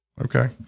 Okay